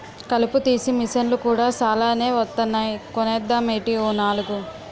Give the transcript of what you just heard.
కలుపు తీసే మిసన్లు కూడా సాలానే వొత్తన్నాయ్ కొనేద్దామేటీ ఓ నాలుగు?